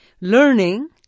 learning